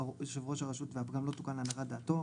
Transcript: יושב הראש הרשות והפגם לא תוקן להנחת דעתו,